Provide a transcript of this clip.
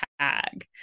tag